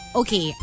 okay